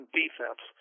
defense